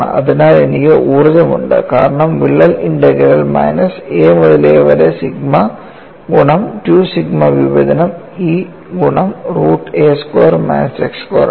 അതിനാൽ എനിക്ക് ഊർജ്ജം ഉണ്ട് കാരണം വിള്ളൽ ഇന്റഗ്രൽ മൈനസ് a മുതൽ a വരെ സിഗ്മ ഗുണം 2 സിഗ്മ വിഭജനം E ഗുണം root a squared minus x square ആണ്